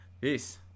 Peace